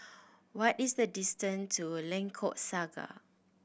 what is the distance to a Lengkok Saga